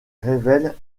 révèle